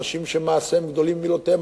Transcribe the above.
אנשים שמעשיהם גדולים ממילותיהם,